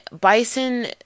Bison